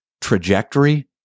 trajectory